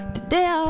Today